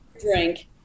Drink